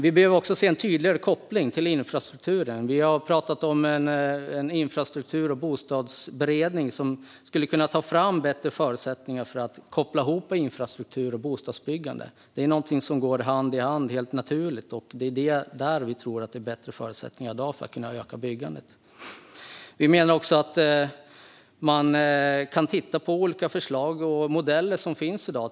Vi behöver också se en tydligare koppling till infrastrukturen. Vi har talat om en infrastruktur och bostadsberedning som skulle kunna ta fram bättre förutsättningar för att koppla ihop infrastruktur och bostadsbyggande. Detta är något som helt naturligt går hand i hand. Där tror vi att det i dag råder bättre förutsättningar för att öka byggandet. Vi menar också att man kan titta på olika förslag och modeller som finns i dag.